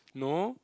no